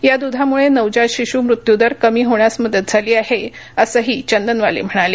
या दुधामुळे नवजात शिशू मृत्यूदर कमी होण्यास मदत झाली आहे असंही चंदनवाले म्हणाले